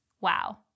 Wow